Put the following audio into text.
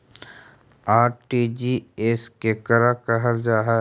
RTGS केकरा कहल जा है?